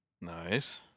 Nice